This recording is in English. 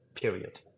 period